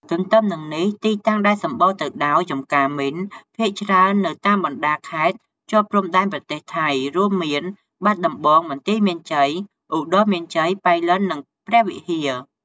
ទន្ទឹមនិងនេះទីតាំងដែលដែលសម្បូរទៅដោយចម្ការមីន ភាគច្រើននៅតាមបណ្តាលខេត្តជាប់ព្រំប្រទល់ប្រទេសថៃ រួមមាន បាត់ដំបង បន្ទាយមានជ័យ ឧត្តរមានជ័យ ប៉ៃលិន និងព្រះវិហារ។